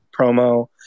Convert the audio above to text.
promo